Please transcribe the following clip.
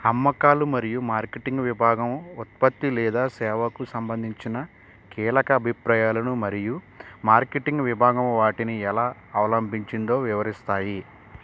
అమ్మకాలు మరియు మార్కెటింగ్ విభాగం ఉత్పత్తి లేదా సేవకు సంబంధించిన కీలక అభిప్రాయాలను మరియు మార్కెటింగ్ విభాగం వాటిని ఎలా అవలంబించిందో వివరిస్తాయి